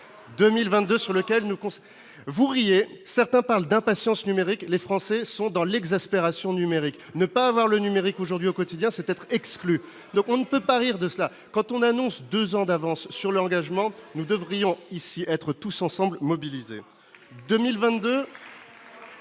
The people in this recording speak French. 2022, sur lequel nous vous riez, certains parlent d'impatience numérique, les Français sont dans l'exaspération numérique, ne pas avoir le numérique aujourd'hui au quotidien, c'est être exclu, donc on ne peut pas rire de cela quand on annonce 2 ans d'avance sur leur engagement, nous devrions ici être tous ensemble mobiliser 2022.